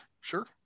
Sure